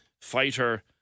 Fighter